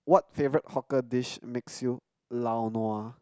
what favourite hawker dish makes you lao nua